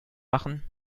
machen